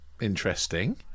Interesting